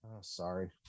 Sorry